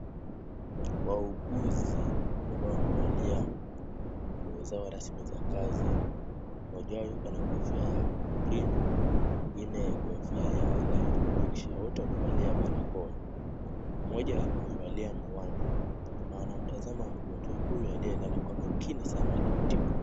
Wauguzi ambao wamevalia nguo zao rasmi za kazi, mmoja wao yuko na kofia ya green mwingine kofia ya light blue kisha wote wamevalia barakoa. Mmoja amevalia miwani na wanamtazama mgonjwa huyu aliyelala kwa makini sana wakimtibu.